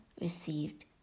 received